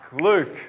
Luke